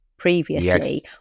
previously